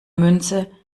münze